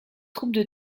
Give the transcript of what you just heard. troupes